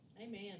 Amen